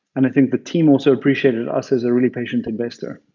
and i think the team also appreciated us as a really patient investor.